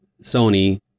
Sony